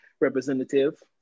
representative